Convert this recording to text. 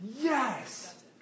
Yes